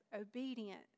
obedient